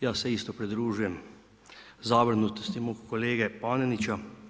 Ja se isto pridružujem zabrinutosti mog kolege Panenića.